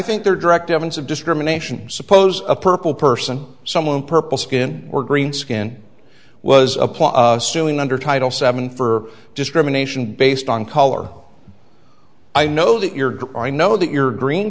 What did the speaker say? think there are direct evidence of discrimination suppose a purple person someone purple skin or green skin was applied assuming under title seven for discrimination based on color i know that your group i know that you're green